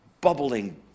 bubbling